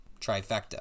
trifecta